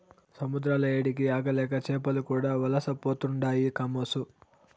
సముద్రాల ఏడికి ఆగలేక చేపలు కూడా వలసపోతుండాయి కామోసు